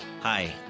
Hi